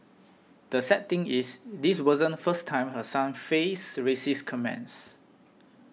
the sad thing is this wasn't first time her son faced racist comments